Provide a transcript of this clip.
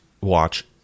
watch